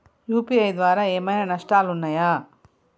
UPI ద్వారా ఏమైనా నష్టాలు ఉన్నయా?